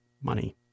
money